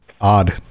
odd